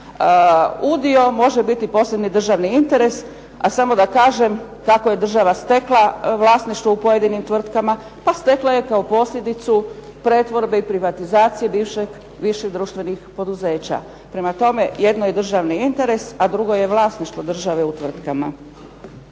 udio može biti posebni državni interes, a samo da kažem kako je država stekla vlasništvo u pojedinim tvrtkama, pa stekla je kao posljedicu pretvorbe i privatizacije bivših društvenih poduzeća. Prema tome, jedno je državni interes a drugo je vlasništvo države u tvrtkama.